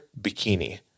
bikini